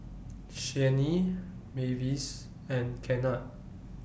Shani Mavis and Kennard